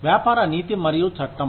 వ్యాపార నీతి మరియు చట్టం